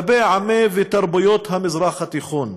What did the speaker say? כלפי העמים והתרבויות של המזרח התיכון.